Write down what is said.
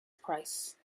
price